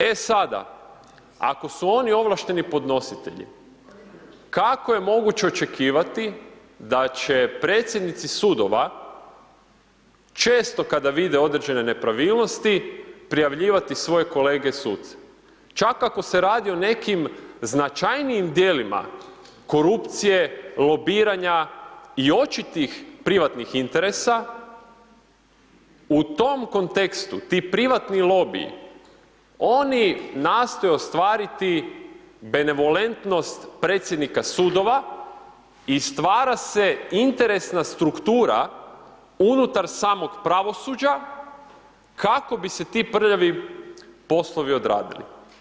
E sada, ako su oni ovlašteni podnositelji, kako je moguće očekivati da će predsjednici sudova često kada vide određene nepravilnosti, prijavljivati svoje kolege suce, čak ako se radi o nekim značajnijim dijelima, korupcije, lobiranja i očitih privatnih interesa, u tom kontekstu, ti privatni lobiji, oni nastoje ostvariti benevolentnost predsjednika sudova i stvara se interesna struktura unutar samog pravosuđa, kako bi se ti prljavi poslovi odradili.